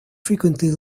frequently